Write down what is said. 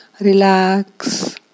Relax